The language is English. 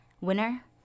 Winner